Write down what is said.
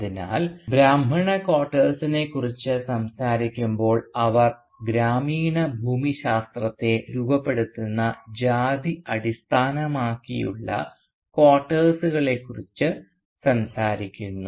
അതിനാൽ ബ്രാഹ്മണ ക്വാർട്ടേഴ്സിനെക്കുറിച്ച് സംസാരിക്കുമ്പോൾ അവർ ഗ്രാമീണ ഭൂമിശാസ്ത്രത്തെ രൂപപ്പെടുത്തുന്ന ജാതി അടിസ്ഥാനമാക്കിയുള്ള ക്വാർട്ടേഴ്സുകളെക്കുറിച്ച് സംസാരിക്കുന്നു